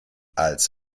als